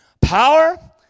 Power